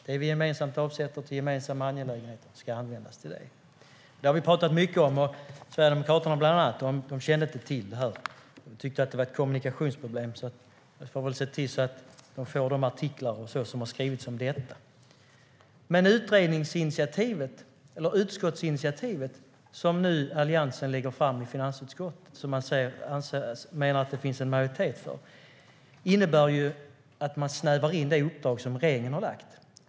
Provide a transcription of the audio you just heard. Det vi gemensamt avsätter till gemensamma angelägenheter ska användas till det. Det har vi talat mycket om. Bland annat Sverigedemokraterna kände inte till det. De tyckte att det var ett kommunikationsproblem. Jag får väl se till att de får de artiklar som har skrivits om detta. Utskottsinitiativet som nu Alliansen lägger fram i finansutskottet, som man menar att det finns en majoritet för, innebär att man snävar in det uppdrag som regeringen har gett.